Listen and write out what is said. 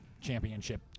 championship